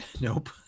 Nope